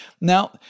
Now